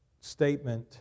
statement